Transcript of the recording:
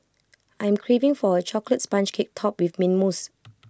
I am craving for A Chocolate Sponge Cake Topped with Mint Mousse